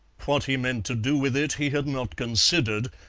what he meant to do with it he had not considered,